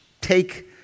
take